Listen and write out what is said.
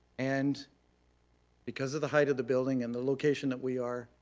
and because of the height of the building and the location that we are,